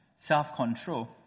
self-control